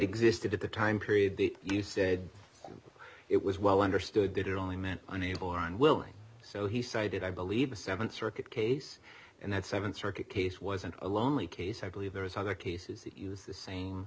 existed at the time period that you said it was well understood that it only meant unable or unwilling so he cited i believe a th circuit case and that th circuit case wasn't a lonely case i believe there is other cases that use the same